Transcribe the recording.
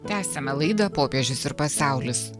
tęsiame laidą popiežius ir pasaulis